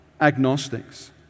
agnostics